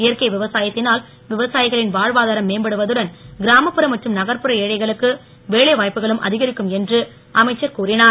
இயற்கை நபாய் விவசாயத்தினால் விவசாயிகளின் வாழ்வாதாரம் மேம்படுவதுடன் இராமப்புற மற்றும் நகர்புற ஏழைகளுக்கு வேலை வாய்ப்புகளும் அதிகரிக்கும் என்று அமைச்சர் கூறினார்